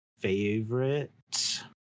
Favorite